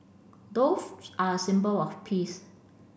doves are a symbol of peace